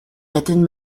retten